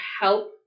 help